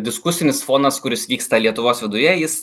diskusinis fonas kuris vyksta lietuvos viduje jis